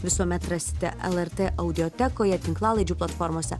visuomet rasite lrt audiotekoje tinklalaidžių platformose